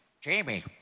Jamie